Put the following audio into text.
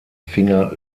finger